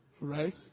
right